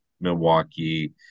Milwaukee